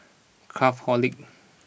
Craftholic